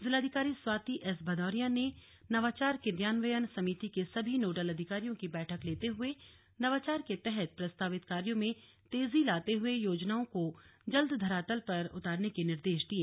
जिलाधिकारी स्वाति एस भदौरिया ने नवाचार क्रियान्वयन समिति के सभी नोडल अधिकारियों की बैठक लेते हुए नवाचार के तहत प्रस्तावित कार्यों में तेजी लाते हुए योजनाओं को जल्द धरातल पर उतारने के निर्देश दिए